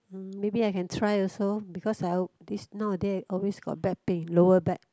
mm maybe I can try also because I al~ this nowaday I always got back pain lower back